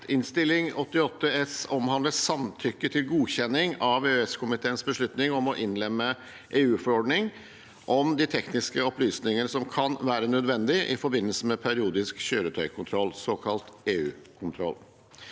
Innst. 88 S omhandler samtykke til godkjenning av EØS-komiteens beslutning om å innlemme EU-forordning om de tekniske opplysningene som kan være nødvendige i forbindelse med periodisk kjøretøykontroll, såkalt EU-kontroll.